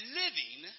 living